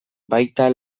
baita